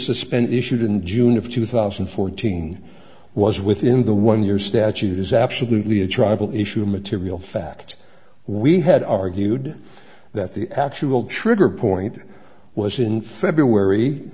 suspend issued in june of two thousand and fourteen was within the one year statute is absolutely a trouble issue material fact we had argued that the actual trigger point was in february